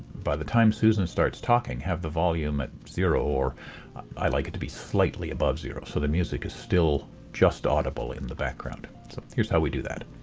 by the time susan starts talking, have the volume at zero or i like it to be slightly above zero so the music is still just audible in the background. so here's how we do that.